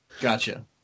Gotcha